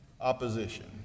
opposition